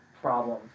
problem